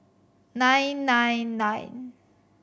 nine nine nine